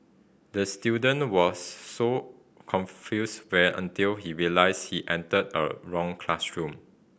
the student was so confused while until he realised he entered the wrong classroom